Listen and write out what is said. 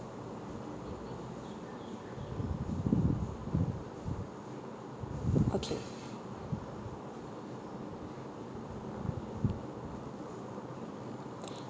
okay